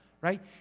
right